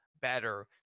better